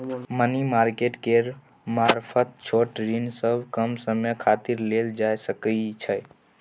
money market केर मारफत छोट ऋण सब कम समय खातिर लेल जा सकइ छै